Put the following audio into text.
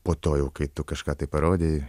po to jau kai tu kažką tai parodei